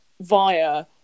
via